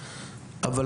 שני,